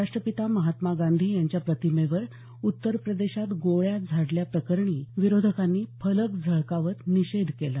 राष्ट्रपिता महात्मा गांधी यांच्या प्रतिमेवर उत्तरप्रदेशात गोळ्या झाडल्याप्रकरणी विरोधकांनी फलक झळकावत निषेध केला